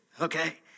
okay